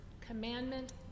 commandment